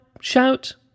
shout